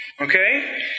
Okay